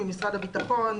ממשרד הביטחון,